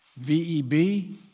VEB